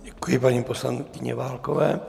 Děkuji paní poslankyni Válkové.